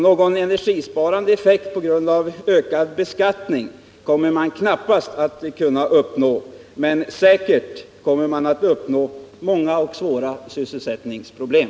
Någon energisparande effekt uppnår man knappast genom en ökad beskattning. Men säkert kommer man att uppnå många och svåra sysselsättningsproblem.